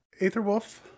Aetherwolf